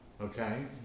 okay